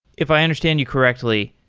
if i understand you correctly,